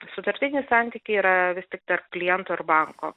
sutartiniai santykiai yra vis tik tarp kliento ir banko